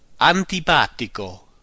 Antipatico